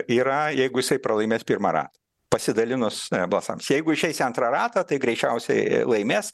yra jeigu jisai pralaimės pirmą ratą pasidalinus balsams jeigu išeis antrą ratą tai greičiausiai laimės